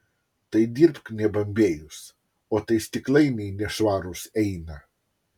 tai dirbk nebambėjus o tai stiklainiai nešvarūs eina